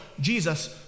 Jesus